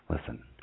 listen